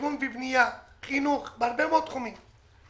תכנון ובנייה, חינוך ובהרבה מאוד תחומים אחרים.